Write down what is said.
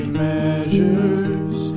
measures